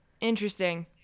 interesting